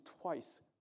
twice